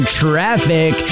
traffic